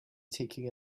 taking